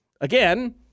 Again